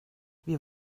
wir